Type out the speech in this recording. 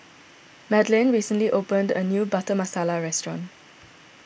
Madeleine recently opened a new Butter Masala restaurant